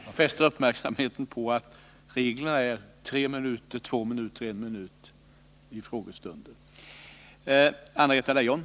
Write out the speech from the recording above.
Jag får fästa uppmärksamheten på att anförandenas längd i frågestunder enligt reglerna är tre minuter, två minuter resp. en minut.